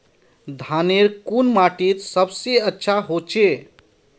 धानेर कुन माटित सबसे अच्छा होचे?